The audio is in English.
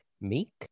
meek